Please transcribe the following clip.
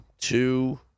two